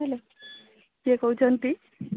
hello କିଏ କହୁଛନ୍ତି